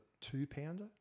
two-pounder